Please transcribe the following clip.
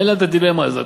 אין להם הדילמה הזאת.